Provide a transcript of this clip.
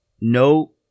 No